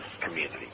community